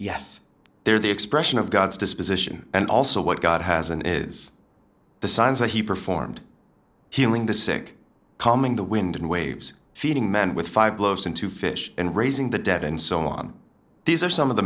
yes they're the expression of god's disposition and also what god has and is the signs that he performed healing the sick calming the wind and waves feeding man with five loaves and two fish and raising the debt and so on these are some of the